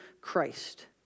Christ